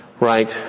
right